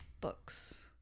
books